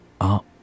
up